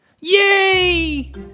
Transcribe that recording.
Yay